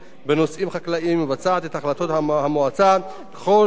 ומבצעת את החלטות המועצה ככל שנדרש ממנה.